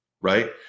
right